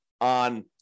on